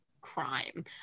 crime